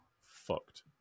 fucked